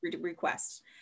requests